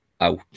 out